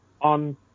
on